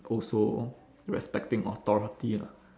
also respecting authority lah